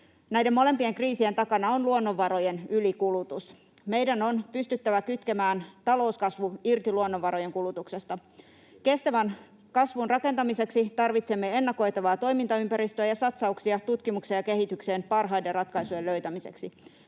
Näiden molempien kriisien takana on luonnonvarojen ylikulutus. Meidän on pystyttävä kytkemään talouskasvu irti luonnonvarojen kulutuksesta. Kestävän kasvun rakentamiseksi tarvitsemme ennakoitavaa toimintaympäristöä ja satsauksia tutkimukseen ja kehitykseen parhaiden ratkaisujen löytämiseksi.